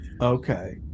Okay